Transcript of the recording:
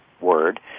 word